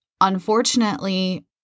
unfortunately